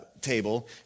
table